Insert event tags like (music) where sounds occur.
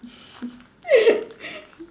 (laughs)